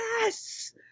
Yes